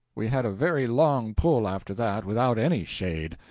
we had a very long pull, after that, without any shade.